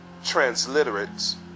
transliterates